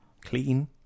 clean